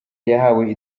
yahawe